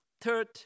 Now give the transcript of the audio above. Third